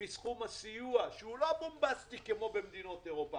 מסכום הסיוע שהוא לא בומבסטי כמו במדינות אירופה,